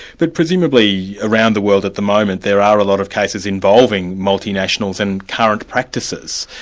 but presumably around the world at the moment there are a lot of cases involving multinationals and current practices.